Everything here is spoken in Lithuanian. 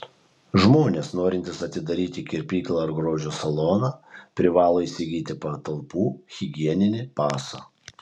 žmonės norintys atidaryti kirpyklą ar grožio saloną privalo įsigyti patalpų higieninį pasą